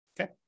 Okay